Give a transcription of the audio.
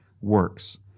works